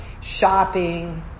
shopping